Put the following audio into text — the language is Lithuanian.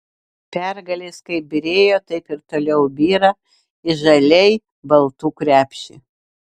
pergalės kaip byrėjo taip ir toliau byra į žaliai baltų krepšį